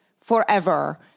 forever